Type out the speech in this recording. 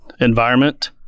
environment